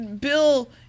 Bill